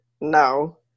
No